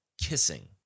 kissing